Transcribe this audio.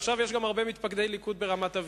עכשיו יש גם הרבה מתפקדי ליכוד ברמת-אביב.